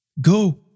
Go